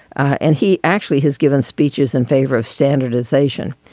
and he actually has given speeches in favor of standard. isation.